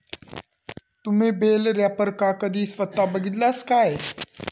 तुम्ही बेल रॅपरका कधी स्वता बघितलास काय?